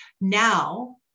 Now